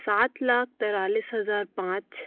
सात लाख तेरालीस हज़ार पाँच